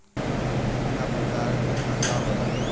कितना प्रकार के खाता होला?